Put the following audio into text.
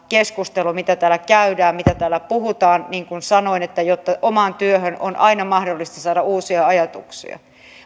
keskustelu mitä täällä käydään ja mitä täällä puhutaan niin kuin sanoin omaan työhön on aina mahdollista saada uusia ajatuksia